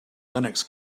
linux